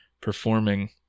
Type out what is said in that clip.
performing